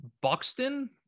Buxton